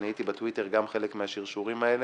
אני הייתי בטוויטר גם חלק מהשרשורים האלה.